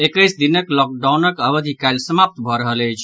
एक्कैस दिनक लॉकडाउनक अवधि काल्हि समाप्त भऽ रहल अछि